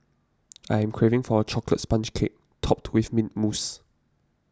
I'm craving for a Chocolate Sponge Cake Topped with Mint Mousse